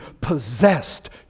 possessed